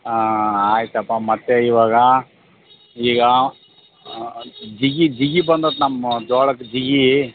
ಆಂ ಆಯಿತಪ್ಪ ಮತ್ತೆ ಇವಾಗ ಈಗ ಜಿಗಿ ಜಿಗಿ ಬಂದಿತ್ ನಮ್ಮ ಜೋಳಕ್ ಜಿಗಿ